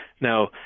Now